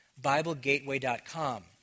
BibleGateway.com